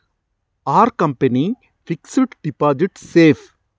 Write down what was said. Are company fixed deposit safe?